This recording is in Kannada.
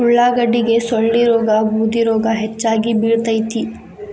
ಉಳಾಗಡ್ಡಿಗೆ ಸೊಳ್ಳಿರೋಗಾ ಬೂದಿರೋಗಾ ಹೆಚ್ಚಾಗಿ ಬಿಳತೈತಿ